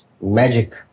magic